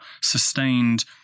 sustained